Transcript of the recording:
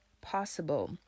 possible